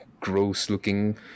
gross-looking